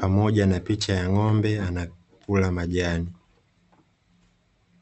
pamoja na picha ya ng'ombe anakula majani.